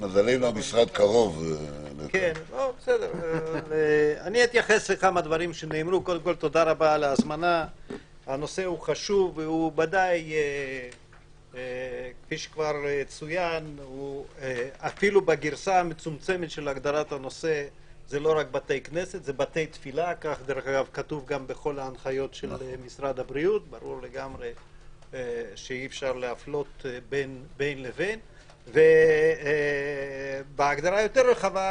הישיבה ננעלה בשעה 11:01.